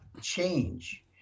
change